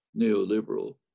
neoliberal